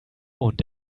und